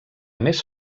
més